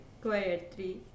quietly